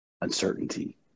uncertainty